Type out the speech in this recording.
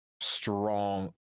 strong